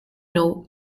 know